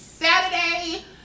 saturday